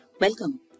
Welcome